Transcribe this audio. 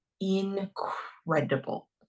incredible